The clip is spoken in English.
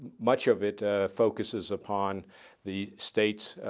much of it focuses upon the states